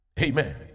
Amen